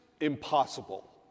Impossible